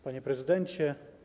Panie Prezydencie!